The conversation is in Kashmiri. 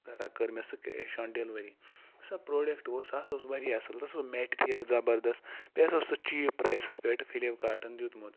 کٔر مےٚ سُہ کیش آن ڈیلِؤری سۄ پروڈَکٹ اوس سُہ اوس واریاہ اَصٕل تَتھ اوس میٹ کِیا زَبردست بیٚیہِ سا اوس سُہ چیٖپ پرایسَس پٮ۪ٹھ فِلَپکاٹن دیُتمُت